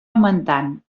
augmentant